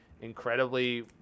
incredibly